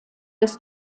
des